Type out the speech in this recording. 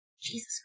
Jesus